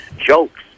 jokes